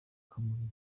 kamonyi